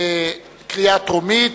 הרחבת תחולת המוסדות), קריאה טרומית.